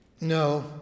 No